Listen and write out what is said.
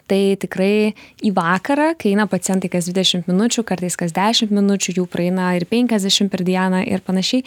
tai tikrai į vakarą kai eina pacientai kas dvidešimt minučių kartais kas dešimt minučių jų praeina ir penkiasdešim per dieną ir panašiai